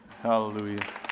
Hallelujah